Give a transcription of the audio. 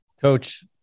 Coach